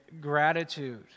gratitude